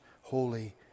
holy